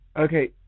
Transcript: okay